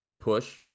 push